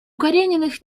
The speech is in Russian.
карениных